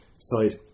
side